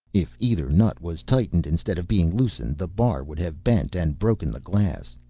if either nut was tightened instead of being loosened, the bar would have bent and broken the glass.